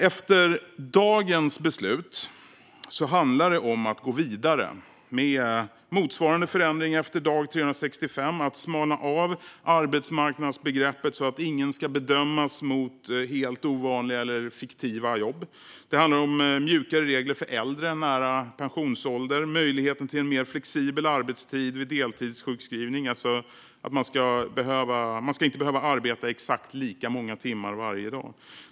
Efter dagens beslut handlar det om att gå vidare med motsvarande förändring efter dag 365 och att smalna av arbetsmarknadsbegreppet så att ingen ska bedömas mot helt ovanliga eller fiktiva jobb. Det handlar om mjukare regler för äldre nära pensionsålder. Det gäller möjligheten till en mer flexibel arbetstid vid deltidssjukskrivning, alltså att man inte ska behöva arbeta exakt lika många timmar varje dag.